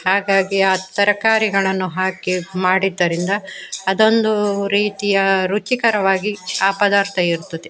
ಹಾಗಾಗಿ ಆ ತರಕಾರಿಗಳನ್ನು ಹಾಕಿ ಮಾಡಿದ್ದರಿಂದ ಅದೊಂದು ರೀತಿಯ ರುಚಿಕರವಾಗಿ ಆ ಪದಾರ್ಥ ಇರ್ತದೆ